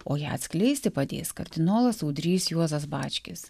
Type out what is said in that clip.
o ją atskleisti padės kardinolas audrys juozas bačkis